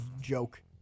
joke